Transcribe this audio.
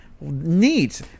neat